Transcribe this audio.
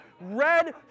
red